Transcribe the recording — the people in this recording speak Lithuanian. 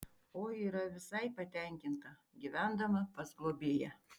oi yra visai patenkinta gyvendama pas globėją